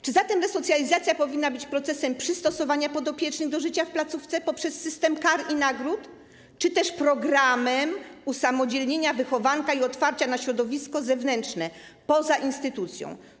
Czy zatem resocjalizacja powinna być procesem przystosowania podopiecznych do życia w placówce poprzez system kar i nagród, czy też programem usamodzielnienia wychowanka i otwarcia na środowisko zewnętrzne, poza instytucją?